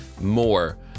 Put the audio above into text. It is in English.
more